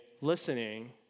listening